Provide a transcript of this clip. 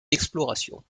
exploration